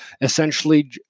essentially